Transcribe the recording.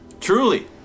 Truly